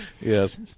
Yes